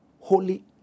holy